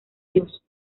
dios